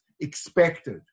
expected